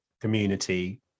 community